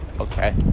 Okay